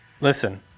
Listen